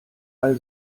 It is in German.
all